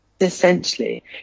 essentially